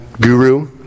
guru